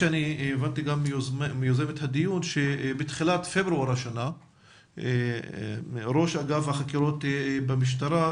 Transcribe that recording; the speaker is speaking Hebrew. הבנתי מיוזמת הדיון שבתחילת פברואר השנה ראש אגף החקירות במשטרה,